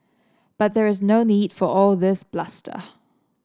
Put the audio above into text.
but there is no need for all this bluster